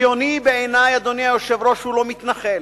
ציוני בעיני, אדוני היושב-ראש, הוא לא מתנחל.